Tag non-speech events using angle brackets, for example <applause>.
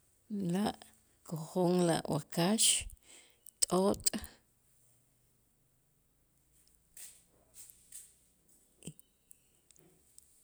La' käja'an a' wakax, t'ot' <noise> y